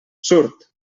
surt